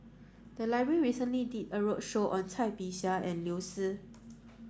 the library recently did a roadshow on Cai Bixia and Liu Si